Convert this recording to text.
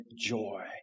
joy